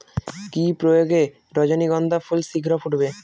কি প্রয়োগে রজনীগন্ধা ফুল শিঘ্র ফুটবে?